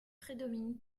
prédomine